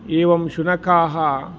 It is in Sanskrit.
एवं शुनकाः